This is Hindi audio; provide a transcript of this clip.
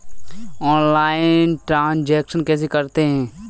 ऑनलाइल ट्रांजैक्शन कैसे करते हैं?